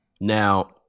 Now